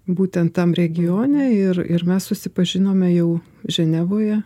būtent tam regione ir ir mes susipažinome jau ženevoje